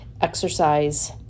exercise